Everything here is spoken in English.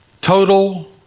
Total